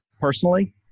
personally